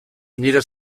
nire